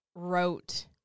wrote